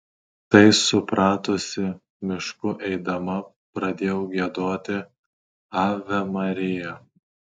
tai supratusi mišku eidama pradėjau giedoti ave maria